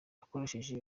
akoresheje